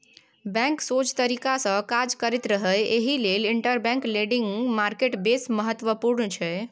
bank सोझ तरीकासँ काज करैत रहय एहि लेल इंटरबैंक लेंडिंग मार्केट बेस महत्वपूर्ण छै